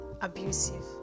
abusive